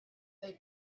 they